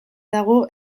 dago